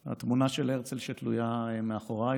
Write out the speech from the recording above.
על התמונה של הרצל שתלויה מאחוריי,